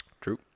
true